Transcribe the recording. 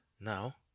Now